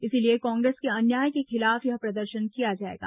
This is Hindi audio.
इसलिए कांग्रेस के अन्याय के खिलाफ यह प्रदर्शन किया जाएगा